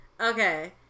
Okay